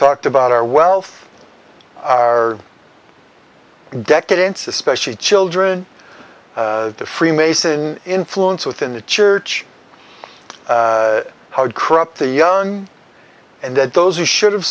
talked about our wealth our decadence especially children the freemason influence within the church how corrupt the young and that those who should have